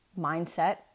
mindset